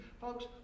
Folks